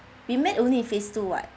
we met only in phase two [what]